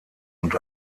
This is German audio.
und